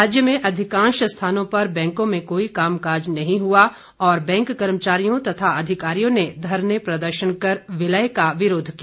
राज्य में अधिकांश स्थानों पर बैंकों में कोई कामकाज नहीं हुआ और बैंक कर्मचारियों तथा अधिकारियों ने धरने प्रदर्शन कर विलय का विरोध किया